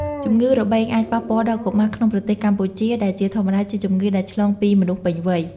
ជំងឺរបេងអាចប៉ះពាល់ដល់កុមារក្នុងប្រទេសកម្ពុជា ដែលជាធម្មតាជាជម្ងឺដែលឆ្លងពីមនុស្សពេញវ័យ។